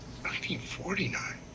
1949